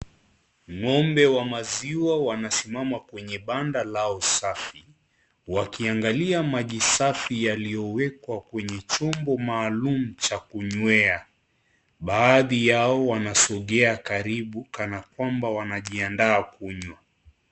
Ng'ombe wa maziwa wanasimama kwenye banda lao safi, wakiangalia maji safi yaliowekwa kwenye chombo maalum cha kunywea. Baadhi yao wanasongea karibu kana kwamba wanajiandaa kunywa.